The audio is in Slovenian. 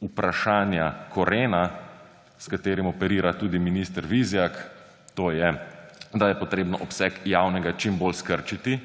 vprašanja korena, s katerim operira tudi minister Vizjak, to je, da treba obseg javnega čim bolj skrčiti,